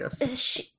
yes